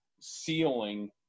ceiling